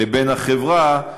לבין החברה,